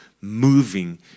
Moving